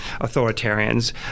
authoritarians